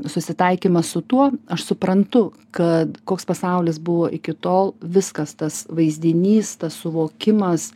susitaikymas su tuo aš suprantu kad koks pasaulis buvo iki tol viskas tas vaizdinys tas suvokimas